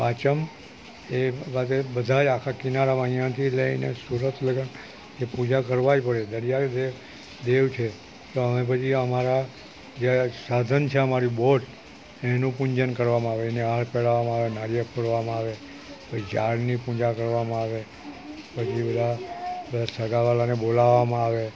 પાંચમ એ માટે બધાય આખા કિનારામાં અહીંયાથી લઇને સુરત લગી એ પૂજા કરવા જ પડે દરિયા લીધે દેવ છે તો અમે પછી અમારાં જે સાધન છે અમારી બોટ એનું પૂજન કરવામાં આવે એને હાર પહેરાવવામાં આવે નારિયેળ ફોડવામાં આવે પછી ઝાડની પૂજા કરવામાં આવે પછી બધા બધા સગાવ્હાલાને બોલાવવામાં આવે